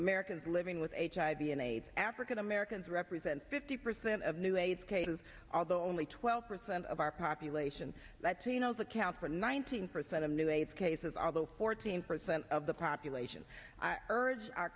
americans living with hiv and aids african americans represent fifty percent of new aids cases although only twelve percent of our population that tino's accounts for ninety nine percent of new aids cases although fourteen percent of the population are urge our